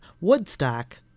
Woodstock